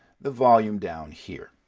the volume down here.